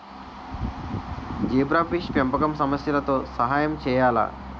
Zebrafish పెంపకం సమస్యలతో సహాయం చేయాలా?